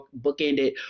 bookended